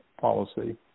policy